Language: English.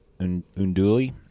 Unduli